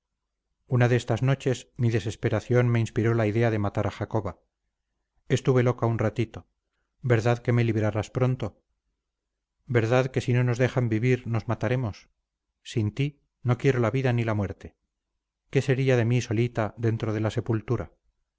una de estas noches mi desesperación me inspiró la idea de matar a jacoba estuve loca un ratito verdad que me librarás pronto verdad que si no nos dejan vivir nos mataremos sin ti no quiero la vida ni la muerte qué sería de mí solita dentro de la sepultura